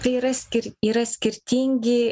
tai yra skir yra skirtingi